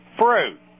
Fruit